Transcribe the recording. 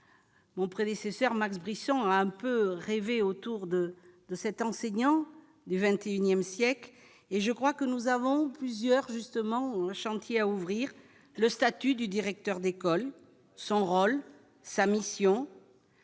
mon prédécesseur Max Brisson un peu rêver autour de de cet enseignant du XXIe siècle et je crois que nous avons plusieurs justement où un chantier à ouvrir le statut du directeur d'école, son rôle, sa mission,